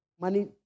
Money